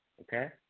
Okay